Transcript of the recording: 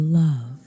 love